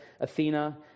Athena